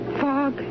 fog